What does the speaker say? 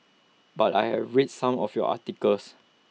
but I have read some of your articles